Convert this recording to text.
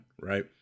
Right